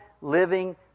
living